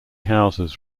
houses